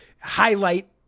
highlight